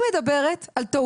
אבל אני מדברת על טעויות